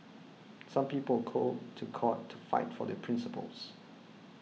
some people go to court to fight for their principles